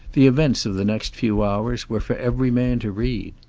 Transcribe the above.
the events of the next few hours were for every man to read.